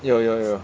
有有有